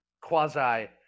quasi